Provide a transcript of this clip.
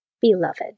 Beloved